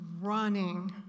running